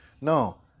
No